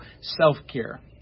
self-care